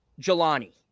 Jelani